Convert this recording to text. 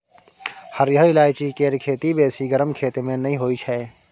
हरिहर ईलाइची केर खेती बेसी गरम खेत मे नहि होइ छै